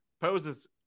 poses